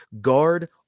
guard